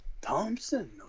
Thompson